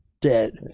dead